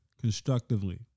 constructively